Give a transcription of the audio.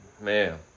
Man